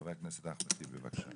חבר הכנסת, אחמד טיבי, בבקשה.